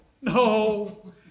no